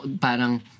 parang